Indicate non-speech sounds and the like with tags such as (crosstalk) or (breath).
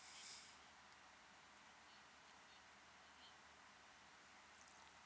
(breath)